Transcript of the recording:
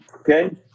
Okay